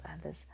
others